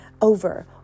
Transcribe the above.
over